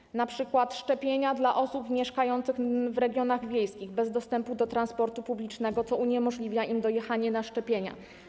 Chodzi np. o szczepienia osób mieszkających w regionach wiejskich, bez dostępu do transportu publicznego, co uniemożliwia im dojechanie na szczepienia.